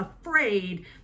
afraid